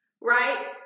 Right